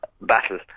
battle